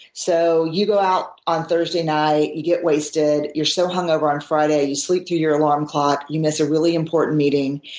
so you go out on thursday night, you get wasted, you're so hung over on friday you sleep through your alarm clock, you miss a really important meeting.